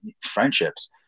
friendships –